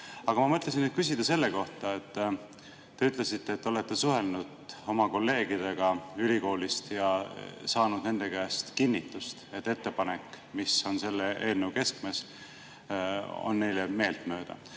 Aga ma mõtlesin nüüd küsida selle kohta. Te ütlesite, et te olete suhelnud oma kolleegidega ülikoolist ja saanud nende käest kinnitust, et ettepanek, mis on selle eelnõu keskmes, on neile meeltmööda.